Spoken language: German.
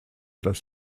das